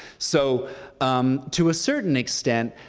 so to a certain extent,